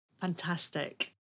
Fantastic